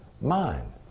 mind